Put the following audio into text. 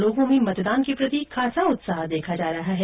लोगों में मतदान के प्रति खासा उत्साह देखा जा रहा है